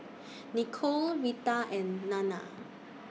Nikole Retha and Nanna